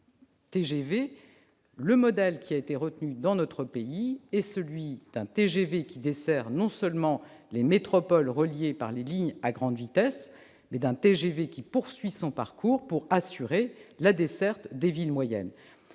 le modèle qui a été retenu dans notre pays est celui d'un TGV non seulement qui dessert les métropoles reliées par les lignes à grande vitesse, mais aussi qui poursuit son parcours pour assurer la desserte des villes moyennes.